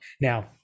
Now